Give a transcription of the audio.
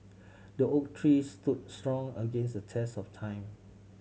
the oak tree stood strong against the test of time